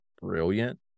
brilliant